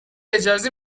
اجازه